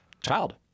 child